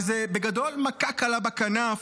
שזה בגדול מכה קלה בכנף,